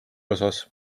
osas